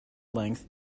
length